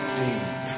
deep